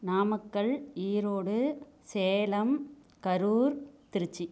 Namakkal Erode Salem Karur Trichy